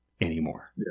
anymore